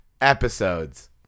episodes